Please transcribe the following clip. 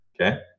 Okay